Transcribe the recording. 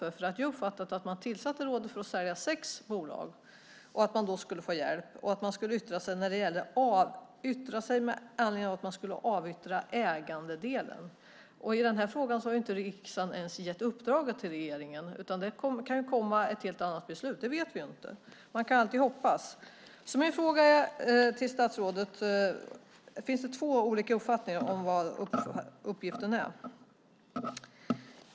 Jag har nämligen uppfattat att regeringen tillsatte rådet för att få hjälp med att sälja sex bolag och att rådet skulle yttra sig med anledning av att regeringen skulle avyttra ägandedelen. I den här frågan har riksdagen inte ens gett uppdraget till regeringen, utan det kan komma ett helt annat beslut. Det vet vi inte. Man kan alltid hoppas. Min fråga till statsrådet är alltså: Finns det två olika uppfattningar om vad uppgiften är?